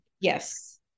Yes